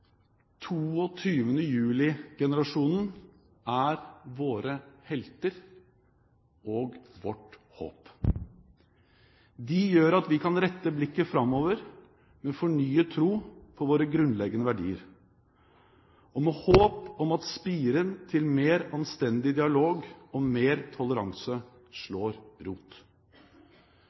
er våre helter og vårt håp. De gjør at vi kan rette blikket framover med fornyet tro på våre grunnleggende verdier og med håp om at spiren til mer anstendig dialog og mer toleranse slår rot.